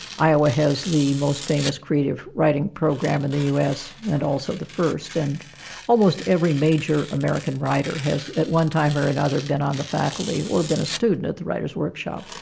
iowa has the most famous creative writing program in the us and also the first and almost every major american writer has, at one time or another, been on the faculty or been a student at the writers workshop.